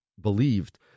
believed